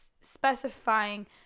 specifying